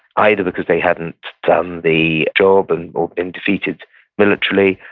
either because they hadn't done the job and or been defeated militarily,